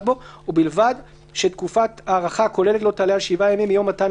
בו ובלבד שתקופת ההארכה הכוללת לא תעלה על 7 ימים מיום מתן